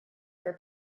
for